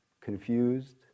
confused